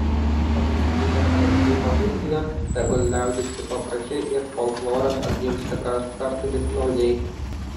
pagrindinė kolektyvo misija tegul liaudiški papročiai ir folkloras atgimsta kaskart vis naujai